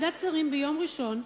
בהחלטת ועדת שרים מיום ראשון,